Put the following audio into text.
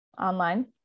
online